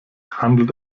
handelt